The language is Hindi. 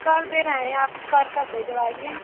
कर दे रहे हैं आप कर कर भेजवाइए